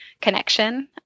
connection